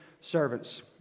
servants